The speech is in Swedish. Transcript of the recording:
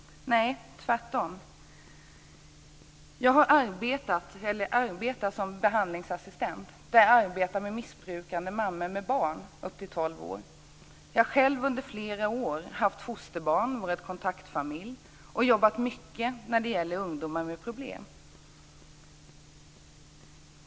Nej, tvärtom! Jag jobbar som behandlingsassistent och arbetar med missbrukande mammor med barn upp till tolv år. Jag har själv i flera år haft fosterbarn och varit kontaktfamilj. Jag har jobbat mycket med frågor som gäller ungdomar med problem.